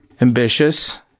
ambitious